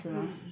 mm